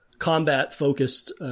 combat-focused